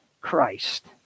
christ